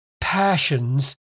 passions